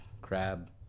crab